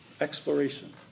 Exploration